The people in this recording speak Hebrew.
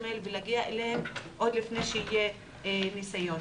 האלה ולהגיע אליהם עוד לפני שיהיה ניסיון.